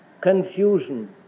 confusion